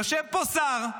יושב פה שר.